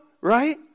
right